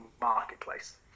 marketplace